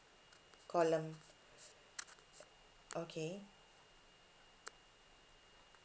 column uh okay